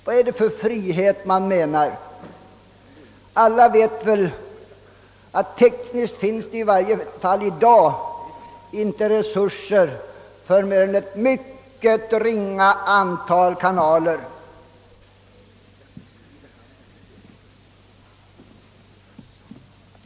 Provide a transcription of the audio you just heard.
Vad är det för frihet man då avser? Som väl alla vet finns det i dag inte tekniska resurser för mer än ett mycket ringa antal kanaler.